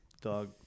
dog